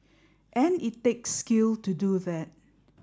and it takes skill to do that